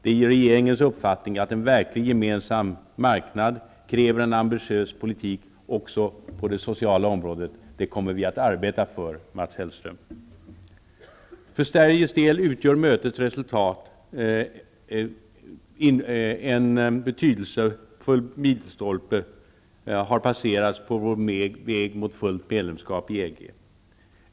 Det är regeringens uppfattning att en verklig gemensam marknad kräver en ambitiös politik också på det sociala området, och det kommer vi att arbeta för, Mats För Sveriges del utgör mötets resultat att en betydelsefull milstolpe har passerats på vår väg mot fullt medlemskap i EG.